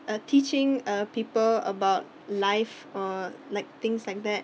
uh teaching uh people about life or like things like that